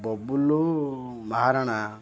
Babulu Maharana